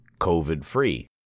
COVID-free